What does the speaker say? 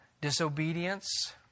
disobedience